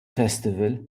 festival